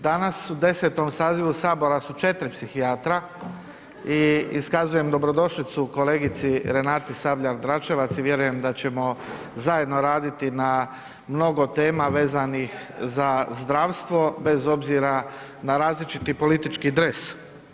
Danas u 10. sazivu Sabora su 4 psihijatra i iskazujem dobrodošlicu kolegici Renati Sabljak Dračevac i vjerujem da ćemo zajedno raditi na mnogo tema vezanih za zdravstvo, bez obzira na različiti politički dres.